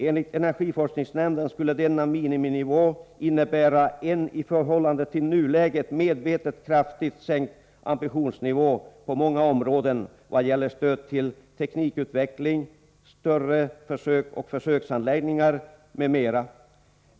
Enligt energiforskningsnämnden skulle denna miniminivå innebära ”en i förhållande till nuläget medvetet kraftigt sänkt ambitionsnivå på många områden vad gäller stöd till teknikutveckling, större försök och försöksanläggningar m.m.